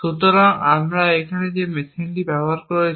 সুতরাং আমরা এখানে যে মেশিনটি ব্যবহার করছি